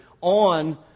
on